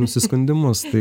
nusiskundimus tai